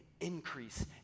increase